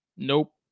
Nope